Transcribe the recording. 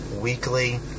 weekly